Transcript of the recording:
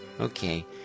Okay